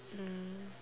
mm